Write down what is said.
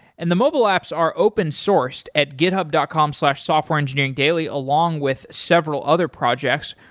and the mobile apps are open-sourced at github dot com slash softwareengineeringdaily along with several other projects.